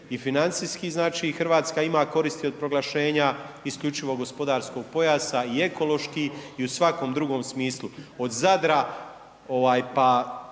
i financijski znači Hrvatska ima koristi od proglašenja isključivog gospodarskog pojasa i ekološki i u svakom drugom smislu od Zadra, pa